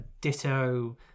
Ditto